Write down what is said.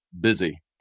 busy